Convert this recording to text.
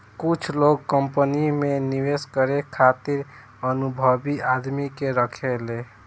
कुछ लोग कंपनी में निवेश करे खातिर अनुभवी आदमी के राखेले